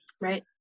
Right